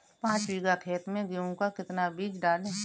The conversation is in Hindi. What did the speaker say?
पाँच बीघा खेत में गेहूँ का कितना बीज डालें?